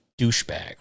douchebag